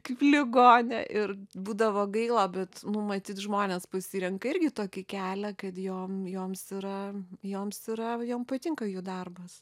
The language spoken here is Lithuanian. kaip ligonė ir būdavo gaila bet nu matyt žmonės pasirenka irgi tokį kelią kad jo joms yra joms yra jom patinka jų darbas